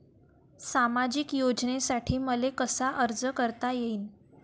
सामाजिक योजनेसाठी मले कसा अर्ज करता येईन?